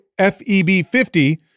FEB50